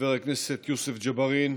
חבר הכנסת יוסף ג'בארין,